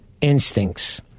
instincts